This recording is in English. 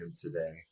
today